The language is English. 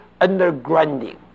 undergrounding